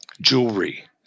jewelry